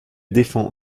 défend